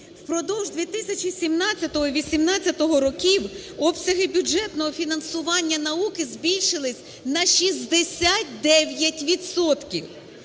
Впродовж 2017-2018 років обсяги бюджетного фінансування науки збільшилися на 69